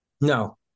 no